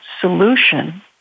solution